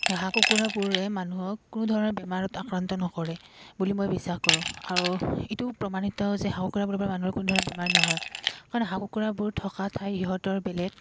হাঁহ কুকুৰাবোৰে মানুহক কোনো ধৰণৰ বেমাৰত আক্ৰান্ত নকৰে বুলি মই বিশ্বাস কৰোঁ আৰু এইটোও প্ৰমাণিত যে হাঁ কুৰাবোৰৰপৰা মানুহৰ কোনো ধৰণৰ বেমাৰ নহয় কাৰণ হাঁহ কুকুৰাবোৰ থকা ঠাই সিহঁতৰ বেলেগ